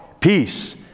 peace